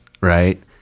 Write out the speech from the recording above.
right